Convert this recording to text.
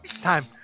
time